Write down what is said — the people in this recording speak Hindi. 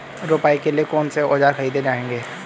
रोपाई के लिए कौन से औज़ार खरीदने होंगे?